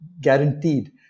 guaranteed